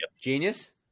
genius